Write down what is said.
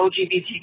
LGBTQ